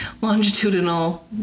longitudinal